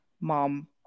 mom